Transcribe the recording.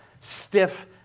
stiff